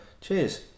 Cheers